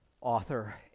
author